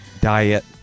diet